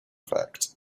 effect